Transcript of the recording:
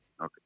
Okay